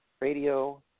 Radio